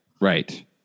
right